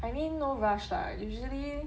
I mean no rush lah usually